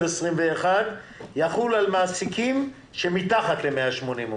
2021 יחול על מעסיקים עם מתחת ל-180 עובדים.